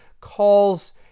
calls